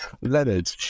Leonard